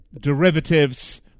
derivatives